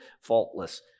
faultless